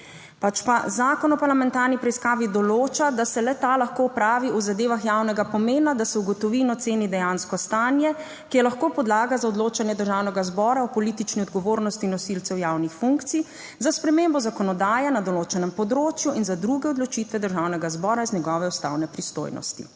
pač pa zakon o parlamentarni preiskavi določa, da se le-ta lahko opravi v zadevah javnega pomena, da se ugotovi in oceni dejansko stanje, ki je lahko podlaga za odločanje Državnega zbora o politični odgovornosti nosilcev javnih funkcij za spremembo zakonodaje na določenem področju in za druge odločitve Državnega zbora iz njegove ustavne pristojnosti.